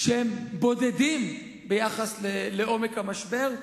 שהם בודדים ביחס לעומק המשבר,